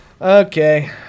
Okay